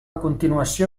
continuació